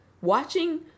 watching